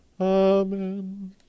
Amen